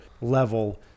level